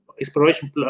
exploration